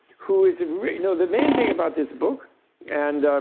who is you know the main thing about this book and